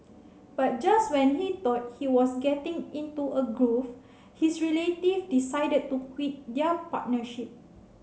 but just when he thought he was getting into a groove his relative decided to quit their partnership